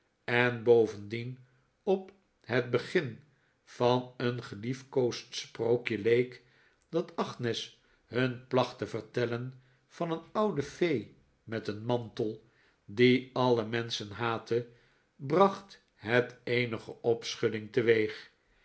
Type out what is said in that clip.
en bovendien op het begin van een geliefkoosd sprookje leek dat agnes hun placht te vertellen van een oude fee met een mantel die alle menschen haatte bracht het eenige opschudding teweeg